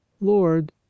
lord